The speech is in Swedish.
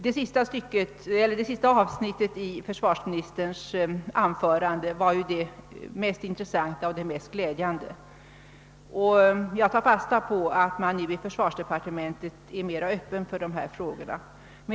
Det sista avsnittet i försvarsministerns anförande var emellertid det mest intressanta och det mest glädjande. Jag tar fasta på att man nu i försvarsdepartementet är mer öppen för dessa frågor.